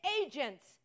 agents